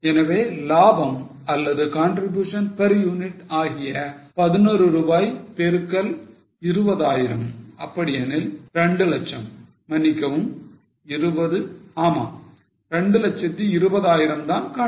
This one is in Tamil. எனவே லாபம் அல்லது contribution per unit ஆகிய 11 ரூபாய் பெருக்கல் 20000 அப்படியெனில் 2 லட்சம் மன்னிக்கவும் 20 ஆமா 2 லட்சத்து 20 ஆயிரம் தான் contribution